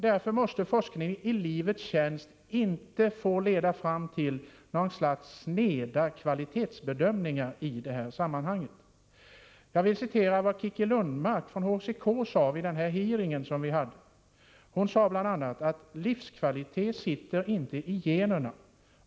Därför kan forskningen i livets tjänst inte få leda fram till något slags sneda kvalitetsbedömningar. Jag vill citera vad Kicki Lundmark från HCK sade vid den hearing utskottet hade. Hon sade bl.a. att livskvalitet inte sitter i generna.